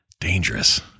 dangerous